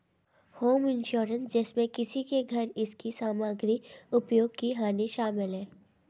home insurance जिसमें किसी के घर इसकी सामग्री उपयोग की हानि शामिल है